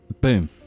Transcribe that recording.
boom